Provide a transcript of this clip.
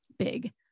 big